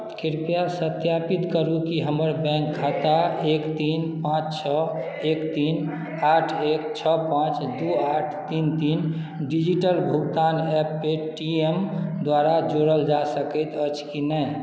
कृपया सत्यापित करू कि हमर बैंक खाता एक तीन पाँच छओ एक तीन आठ एक छओ पाँच दू आठ तीन तीन डिजिटल भुगतान ऐप पेटीएम द्वारा जोड़ल जा सकैत अछि की नहि